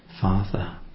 Father